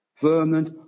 ferment